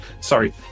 Sorry